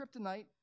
kryptonite